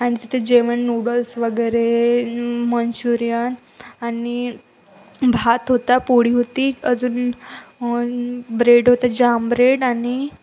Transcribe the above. आणि तिथे जेवण नूडल्स वगैरे मंचुरियन आणि भात होता पोळी होती अजून ब्रेड होता जाम ब्रेड आणि